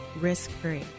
risk-free